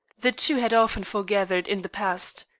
the two had often foregathered in the past.